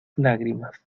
lágrimas